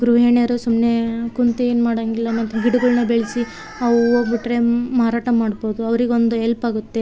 ಗೃಹಿಣಿಯರು ಸುಮ್ಮನೆ ಕೂತು ಏನು ಮಾಡೋಂಗಿಲ್ಲ ಮತ್ತು ಗಿಡಗಳ್ನ ಬೆಳೆಸಿ ಅವು ಹೂವು ಬಿಟ್ಟರೆ ಮಾರಾಟ ಮಾಡ್ಬೋದು ಅವರಿಗೊಂದು ಎಲ್ಪ್ ಆಗುತ್ತೆ